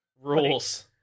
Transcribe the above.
Rules